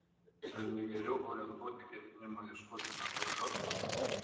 ar ne geriau orientuoti ketinimą ieškoti natūralios produkcijos